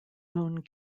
boone